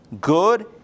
good